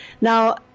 Now